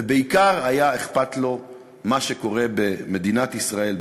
ובעיקר היה אכפת לו מה שקורה במדינת ישראל,